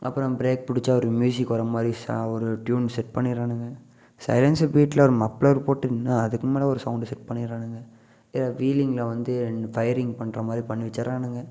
அப்புறோம் ப்ரேக் பிடிச்சா ஒரு மியூசிக் வரமாதிரி ஒரு ட்யூன் செட் பண்ணிடுறானுங்க சைலன்சர் பீட்டில் ஒரு மப்ளர் போட்டு இன்னும் அதற்கு மேலே ஒரு சவுண்டை செட் பண்ணிடுறானுங்க வீலிங்கில் வந்து ஃபயரிங் பண்ணுறமாரி பண்ணி வச்சிடுறானுங்க